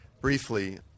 briefly